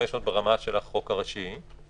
בחוק לתיקון וקיום תקש"ח (הגבלת מספר עובדים),